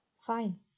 Fine